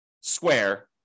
square